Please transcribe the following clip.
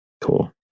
cool